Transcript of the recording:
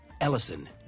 Ellison